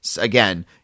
again